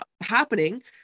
happening